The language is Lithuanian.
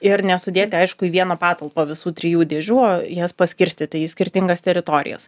ir nesudėti aišku į vieną patalpą visų trijų dėžių jas paskirstyti į skirtingas teritorijas